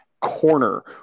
corner